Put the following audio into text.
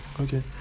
okay